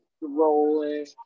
rolling